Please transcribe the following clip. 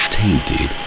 tainted